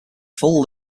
full